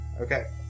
Okay